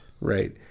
Right